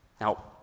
Now